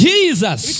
Jesus